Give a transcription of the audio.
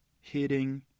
Hitting